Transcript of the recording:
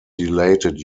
dilated